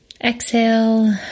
exhale